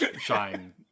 shine